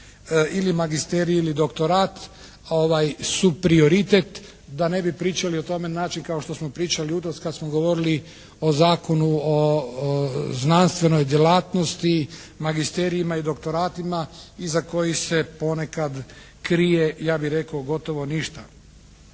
ili magisterij ili doktorat su prioritet, da ne bi pričali o tome na način kao što smo pričali jutros kad smo govorili o Zakonu o znanstvenoj djelatnosti, magisterijima i doktoratima iza kojih se ponekad krije ja bih rekao gotovo ništa.